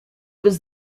was